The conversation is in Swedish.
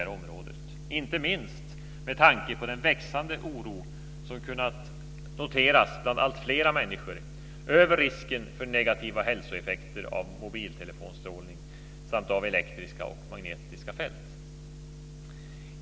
Det gäller inte minst med tanke på den växande oro som har kunnat noterats bland alltfler människor över risken för negativa hälsoeffekter av mobiltelefonstrålning samt av elektriska och magnetiska fält.